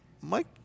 Mike